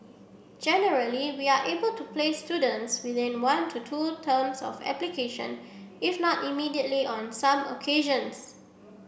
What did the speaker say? generally we are able to place students within one to two terms of application if not immediately on some occasions